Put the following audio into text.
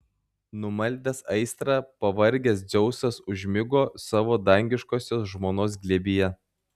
numaldęs aistrą pavargęs dzeusas užmigo savo dangiškosios žmonos glėbyje